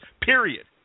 period